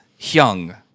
Hyung